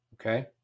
Okay